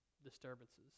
disturbances